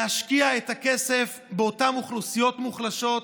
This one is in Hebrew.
להשקיע את הכסף באותן אוכלוסיות מוחלשות,